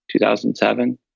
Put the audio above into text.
2007